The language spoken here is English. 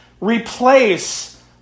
Replace